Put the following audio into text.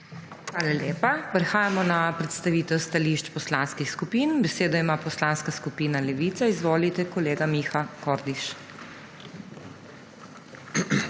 Hvala lepa. Prehajamo na predstavitev stališč poslanskih skupin. Besedo ima Poslanska skupina Levica. Izvolite, kolega Miha Kordiš.